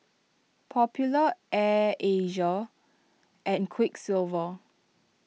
Popular Air Asia and Quiksilver